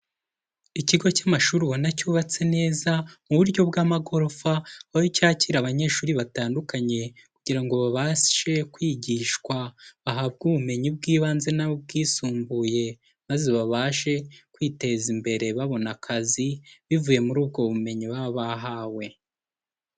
Ikigo cy'amashuri ubona cyubatse neza mu buryo bw'amagorofa, aho cyakira abanyeshuri batandukanye kugira ngo babashe kwigishwa, bahabwe ubumenyi bw'ibanze n'ubwisumbuye, maze babashe kwiteza imbere babone akazi, bivuye muri ubwo bumenyi baba bahawe.